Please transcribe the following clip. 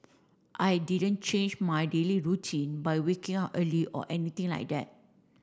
I didn't change my daily routine by waking up early or anything like that